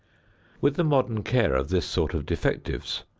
with the modern care of this sort of defectives,